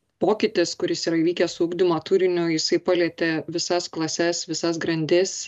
pokytis kuris yra įvykęs su ugdymo turiniu jisai palietė visas klases visas grandis